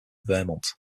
vermont